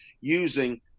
using